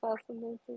fascinating